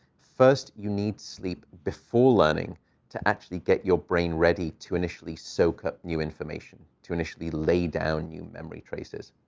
first, you need sleep before learning to actually get your brain ready to initially soak up new information, to initially lay down new memory traces.